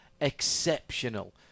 exceptional